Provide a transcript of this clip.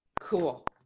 cool